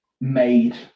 made